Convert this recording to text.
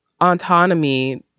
autonomy